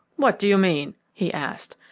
what do you mean? he asked,